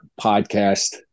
podcast